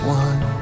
one